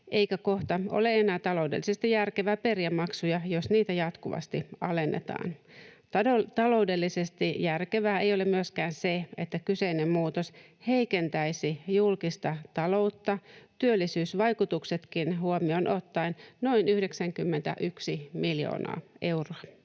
eikä kohta ole enää taloudellisesti järkevää periä maksuja, jos niitä jatkuvasti alennetaan. Taloudellisesti järkevää ei ole myöskään se, että kyseinen muutos heikentäisi julkista taloutta työllisyysvaikutuksetkin huomioon ottaen noin 91 miljoonaa euroa